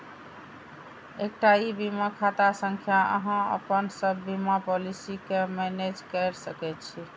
एकटा ई बीमा खाता सं अहां अपन सब बीमा पॉलिसी कें मैनेज कैर सकै छी